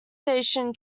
station